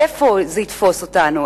איפה זה יתפוס אותנו?